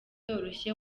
byoroshye